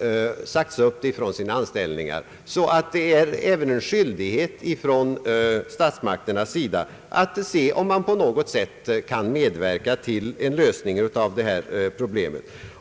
har sagts upp från sina anställningar, att det även är en skyldighet för statsmakterna att se till om man på något sätt kan med verka till en lösning av detta problem.